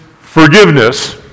forgiveness